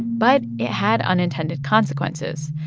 but it had unintended consequences.